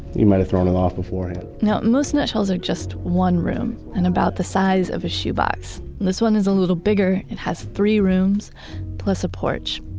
he might've thrown it the off beforehand. now most nutshells are just one room and about the size of a shoebox, and this one is a little bigger. it has three rooms plus a porch.